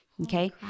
Okay